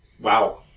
Wow